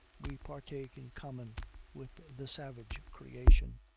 we partake in common with the savage creation.